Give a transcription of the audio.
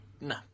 No